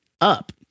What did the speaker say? up